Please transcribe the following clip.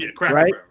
right